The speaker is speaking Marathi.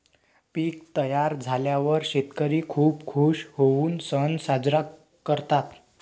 पीक तयार झाल्यावर शेतकरी खूप खूश होऊन सण साजरा करतात